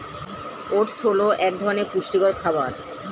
oats হল এক ধরনের পুষ্টিকর খাবার